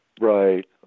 Right